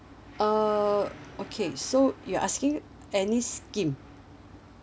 uh okay so you're asking any scheme